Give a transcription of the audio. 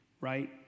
right